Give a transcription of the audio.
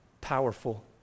powerful